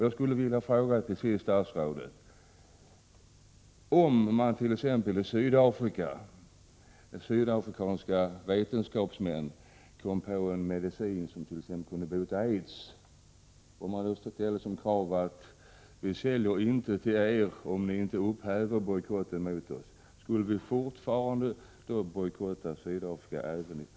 Jag vill fråga statsrådet: Om sydafrikanska vetenskapsmän t.ex. fick fram en medicin som kunde bota aids och de ställde som krav att de inte skulle sälja den till Sverige om vi inte upphäver bojkotten, skulle vi då bojkotta Sydafrika även framöver?